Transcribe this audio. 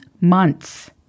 months